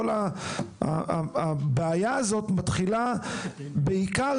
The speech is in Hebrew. כל הבעיה הזו מתחילה בעיקר